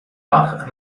lag